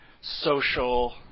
social